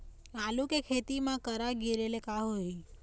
आलू के खेती म करा गिरेले का होही?